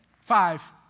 Five